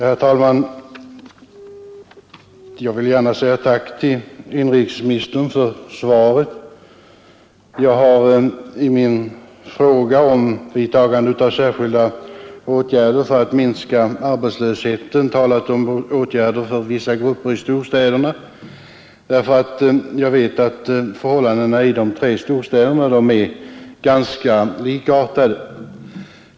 Herr talman! Jag vill gärna tacka inrikesministern för svaret Jag har i min fråga om vidtagande av särskilda åtgärder för att minska arbetslösheten talat om åtgärder för vissa grupper i storstäderna. Det har jag gjort därför att jag vet att förhållandena i de tre storstäderna är ganska likartade.